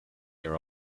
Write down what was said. your